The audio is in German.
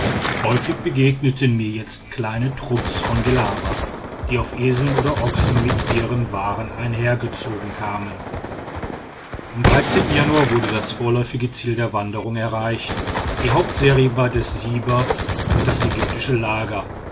häufig begegneten mir jetzt kleine trupps von gellaba die auf eseln oder ochsen mit ihren waren einhergezogen kamen am januar wurde das vorläufige ziel der wanderung erreicht die hauptseriba des siber und das ägyptische lager